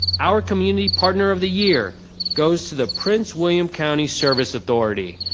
our community partner of the year goes to the prince william county service authority.